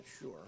sure